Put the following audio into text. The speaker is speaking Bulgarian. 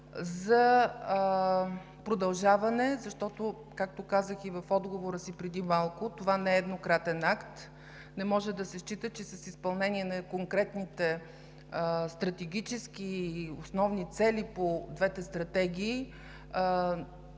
за продължаване, защото, както казах и в отговора си преди малко, това не е еднократен акт. Не може да се счита, че с изпълнение на конкретните стратегически и основни цели по двете стратегии